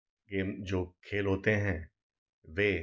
game जो खेल होते हैं वह